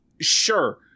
sure